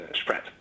spread